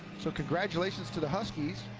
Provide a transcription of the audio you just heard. so congratulations to the huskies.